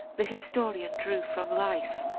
the historian drew from life,